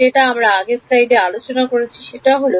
যেটা আমরা আগের স্লাইডে আলোচনা করেছি সেটা হল